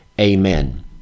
amen